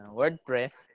WordPress